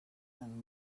and